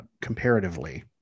comparatively